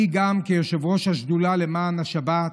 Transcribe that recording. אני, כיושב-ראש השדולה למען השבת,